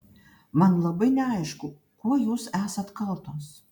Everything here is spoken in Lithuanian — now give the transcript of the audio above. man labai neaišku kuo jūs esat kaltos